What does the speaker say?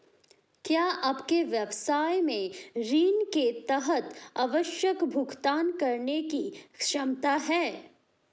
क्या आपके व्यवसाय में ऋण के तहत आवश्यक भुगतान करने की क्षमता है?